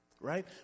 right